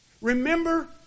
Remember